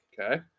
Okay